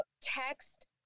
text